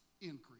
increase